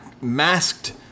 masked